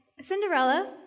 Cinderella